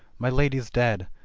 my lady's dead.